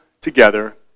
together